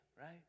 right